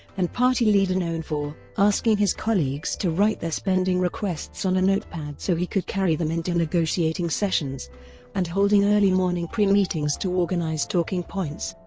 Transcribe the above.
and party leader known for asking his colleagues to write their spending requests on a notepad so he could carry them into negotiating sessions and holding early-morning pre-meetings to organize talking points.